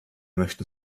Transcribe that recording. möchten